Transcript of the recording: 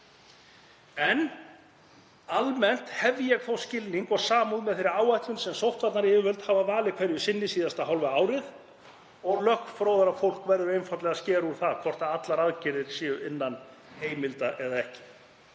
Almennt hef ég þó skilning og samúð með þeirri áætlun sem sóttvarnayfirvöld hafa valið hverju sinni síðasta hálfa árið og lögfróðara fólk verður einfaldlega að skera úr um það hvort allar aðgerðir eru innan heimilda eða ekki.